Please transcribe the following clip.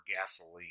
gasoline